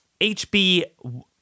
HB